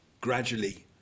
gradually